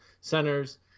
centers